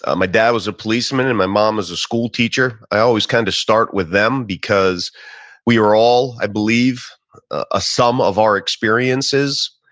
ah my dad was a policeman and my mom was a school teacher. i always kind of start with them because we are all, i believe a sum of our experiences.